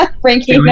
Frankie